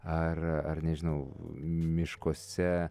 ar ar nežinau miškuose